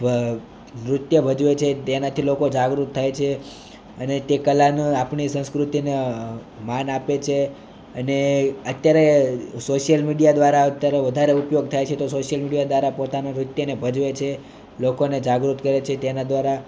નૃત્ય વાદ્યો છે તેનાથી લોકો જાગૃત થાય છે અને તે કલાનું આપણી સંસ્કૃતિનું માન આપે છે અને અત્યારે સોશ્યિલ મીડિયા દ્વારા અત્યારે વધારે ઉપયોગ થાય છે તે તો સોશ્યિલ મીડિયા દ્વારા પોતાના નૃત્યને વધારે ભજવે છે લોકોને જાગૃત કરે છે તેના દ્વારા